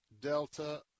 Delta